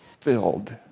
filled